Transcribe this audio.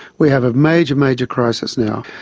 we have a major, major crisis now.